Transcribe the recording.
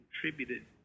contributed